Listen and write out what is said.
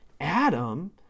Adam